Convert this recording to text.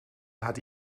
hatte